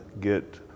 Get